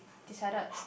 decided